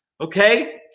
Okay